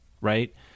right